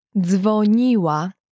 dzwoniła